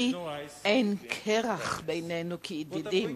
כי אין קרח בינינו כידידים,